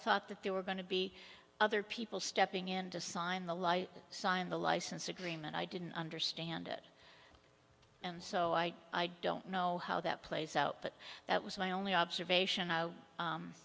thought that there were going to be other people stepping in to sign the life sign the license agreement i didn't understand it and so i i don't know how that plays out but that was my only observation